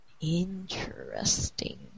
Interesting